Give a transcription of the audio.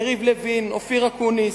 יריב לוין, אופיר אקוניס,